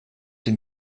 den